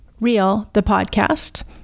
RealThePodcast